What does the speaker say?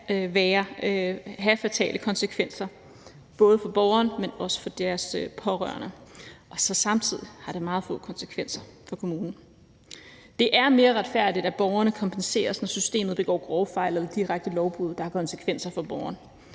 kan have fatale konsekvenser for både borgeren, men også for dennes pårørende. Og samtidig har det meget få konsekvenser for kommunen. Det er mere retfærdigt, at borgeren kompenseres, når systemet begår grove fejl eller direkte lovbrud, der har konsekvenser for borgeren.